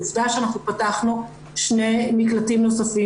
עובדה שאנחנו פתחנו שני מקלטים נוספים